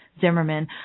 Zimmerman